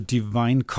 Divine